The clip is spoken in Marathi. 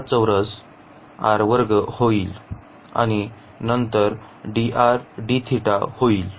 हा चौरस होईल आणि नंतर dr dθ होईल